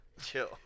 chill